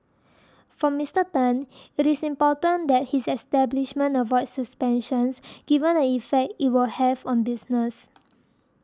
for Mister Tan it is important that his establishment avoids suspensions given the effect it will have on business